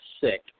sick